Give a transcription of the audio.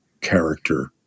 character